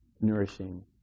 nourishing